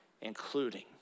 including